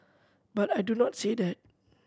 but I do not say that